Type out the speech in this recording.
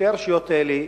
בשתי הרשויות האלה.